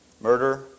murder